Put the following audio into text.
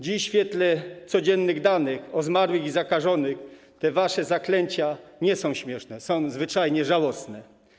Dziś w świetle codziennych danych o zmarłych i zakażonych te wasze zaklęcia nie są śmieszne, są zwyczajnie żałosne.